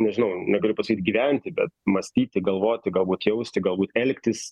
nežinau negaliu pasakyt gyventi bet mąstyti galvoti galbūt jausti galbūt elgtis